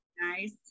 Nice